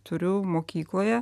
turiu mokykloje